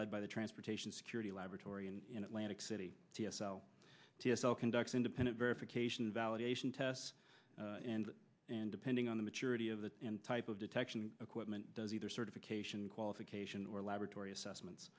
led by the transportation security laboratory and in atlantic city t s l t s all conducts independent verification validation tests and and depending on the maturity of the type of detection equipment does either certification qualification or laboratory assessments